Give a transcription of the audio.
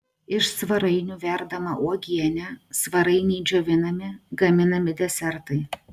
iš svarainių verdama uogienė svarainiai džiovinami gaminami desertai